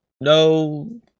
No